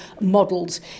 Models